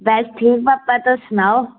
बस ठीक पापा तुस सनाओ